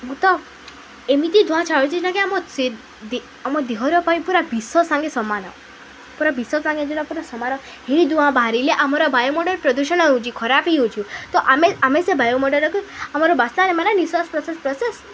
ମୁଁ ତ ଏମିତି ଧୂଆଁ ଛାଳୁଚି ନାକି ଆମ ସେ ଆମ ଦେହର ପାଇଁ ପୁରା ବିଷ ସାଙ୍ଗେ ସମାନ ପୁରା ବିଷ ସାଙ୍ଗରେ ପୁରା ସମାନ ହେଇ ଧୂଆଁ ବାହାରିଲେ ଆମର ବାୟୁମଣ୍ଡଳ ପ୍ରଦୂଷଣ ହଉଚି ଖରାପ ହେଇ ହଉଛି ତ ଆମେ ଆମେ ସେ ବାୟୁମଣ୍ଡଳକୁ ଆମର ବାସ୍ତାରେ ମାନେ ନିଶ୍ୱାସ ପ୍ରଶା ପ୍ରଶ୍ୱାସ